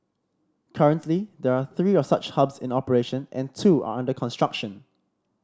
currently there are three of such hubs in operation and two are under construction